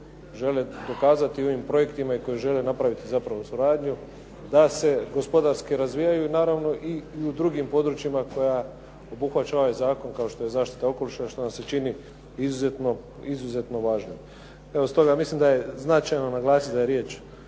žele dokazati ovim projektima i koji žele napraviti zapravo suradnju da se gospodarski razvijaju naravno i u drugim područjima koja obuhvaća ovaj zakon kao što je zaštita okoliša i što nam se čini izuzetno važnim. Evo, stoga mislim da je značajno naglasiti da je riječ